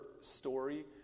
story